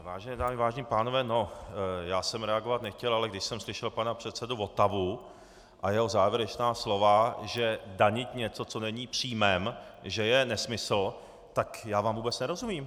Vážené dámy, vážení pánové, já jsem reagovat nechtěl, ale když jsem slyšel pana předsedu Votavu a jeho závěrečná slova, že danit něco, co není příjmem, je nesmysl, tak vám vůbec nerozumím.